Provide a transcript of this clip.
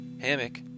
Hammock